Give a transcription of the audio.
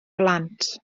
blant